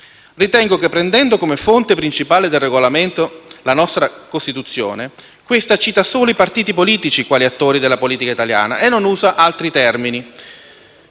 Ritengo che prendendo come fonte principale del Regolamento la nostra Costituzione, questa cita solo i partiti politici quali attori della politica italiana e non usa altri termini.